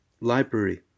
library